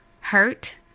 Hurt